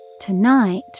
Tonight